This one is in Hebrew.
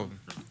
הצלת החטופים